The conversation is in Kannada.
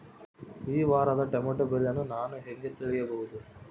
ಈ ವಾರದ ಟೊಮೆಟೊ ಬೆಲೆಯನ್ನು ನಾನು ಹೇಗೆ ತಿಳಿಯಬಹುದು?